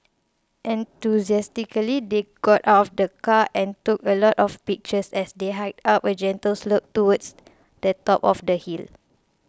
enthusiastically they got out of the car and took a lot of pictures as they hiked up a gentle slope towards the top of the hill